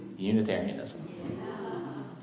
Unitarianism